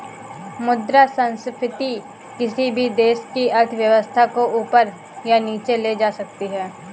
मुद्रा संस्फिति किसी भी देश की अर्थव्यवस्था को ऊपर या नीचे ले जा सकती है